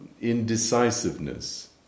indecisiveness